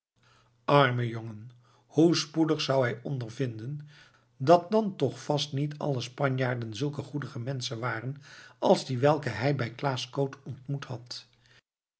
arme jongen hoe spoedig zou hij ondervinden dat dan toch vast niet alle spanjaarden zulke goedige menschen waren als die welke hij bij klaas koot ontmoet had